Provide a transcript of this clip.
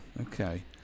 Okay